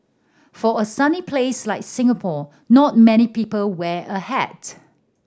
for a sunny place like Singapore not many people wear a hat